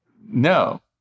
no